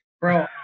Bro